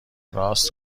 راست